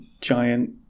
giant